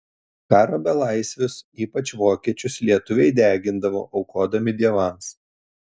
karo belaisvius ypač vokiečius lietuviai degindavo aukodami dievams